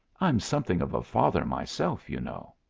i'm something of a father myself, you know.